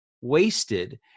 wasted